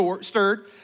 stirred